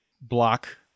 block